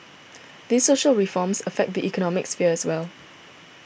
these social reforms affect the economic sphere as well